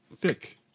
thick